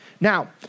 Now